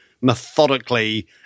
methodically